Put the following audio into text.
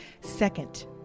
second